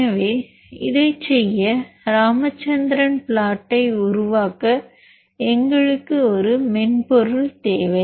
எனவே இதைச் செய்ய ராமச்சந்திரன் பிளாட்டை உருவாக்க எங்களுக்கு ஒரு மென்பொருள் தேவை